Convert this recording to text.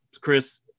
Chris